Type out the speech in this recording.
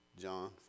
John